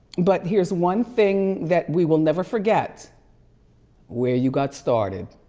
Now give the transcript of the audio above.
but here's one thing that we will never forget where you got started